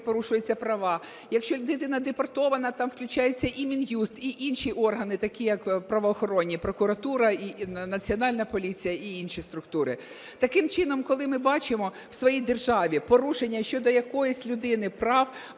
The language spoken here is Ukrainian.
порушуються права. Якщо дитина депортована, там включається і Мін'юст, і інші органи, такі як правоохоронні – прокуратура і Національна поліція, і інші структури. Таким чином, коли ми бачимо в своїй державі порушення щодо якоїсь людини прав